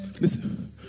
Listen